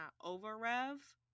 over-rev